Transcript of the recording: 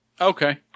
Okay